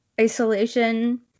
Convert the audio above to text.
isolation